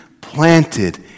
planted